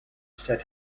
said